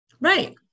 Right